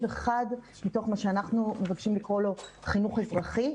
אחד מתוך מה שאנחנו מבקשים לקרוא לו חינוך אזרחי,